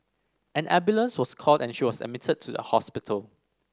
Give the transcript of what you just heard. an ambulance was called and she was admitted to the hospital